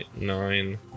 nine